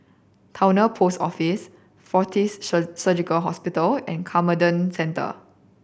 Towner Post Office Fortis Surgical Hospital and Camden Centre